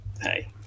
Hey